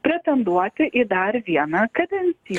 pretenduoti į dar vieną kadenciją